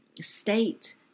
state